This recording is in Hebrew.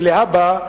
שלהבא,